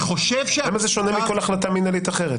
למה זה שונה מכל החלטה מינהלית אחרת?